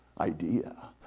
idea